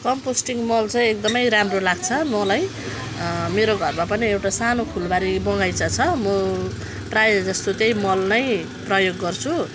composting मल चाहिँ एकदमै राम्रो लाग्छ मलाई मेरो घरमा पनि एउटा सानो फुलबारी बगैँचा छ म प्रायःजस्तो त्यही मल नै प्रयोग गर्छु